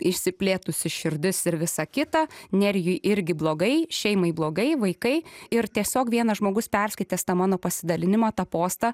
išsiplėtusi širdis ir visa kita nerijui irgi blogai šeimai blogai vaikai ir tiesiog vienas žmogus perskaitęs tą mano pasidalinimą tą postą